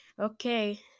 Okay